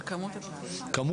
על כמות הפעמים.